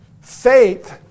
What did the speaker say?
Faith